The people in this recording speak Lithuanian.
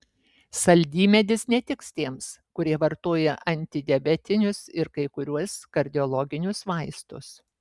saldymedis netiks tiems kurie vartoja antidiabetinius ir kai kuriuos kardiologinius vaistus